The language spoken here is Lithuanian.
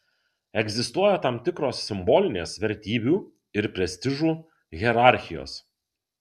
egzistuoja tam tikros simbolinės vertybių ir prestižų hierarchijos